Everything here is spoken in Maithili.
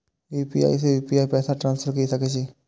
यू.पी.आई से यू.पी.आई पैसा ट्रांसफर की सके छी?